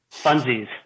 Funsies